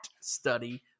study